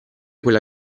quella